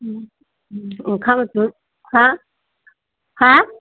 हा हा